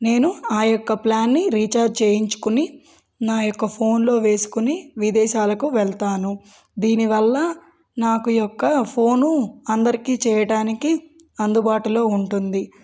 నేను ఆ యొక్క ప్లాన్ని రీఛార్జ్ చేయించుకుని నా యొక్క ఫోన్లో వేసుకుని విదేశాలకు వెళ్తాను దీనివల్ల నాకు యొక్క ఫోను అందరికీ చేయటానికి అందుబాటులో ఉంటుంది